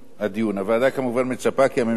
הוועדה כמובן מצפה כי הממשלה תפעל,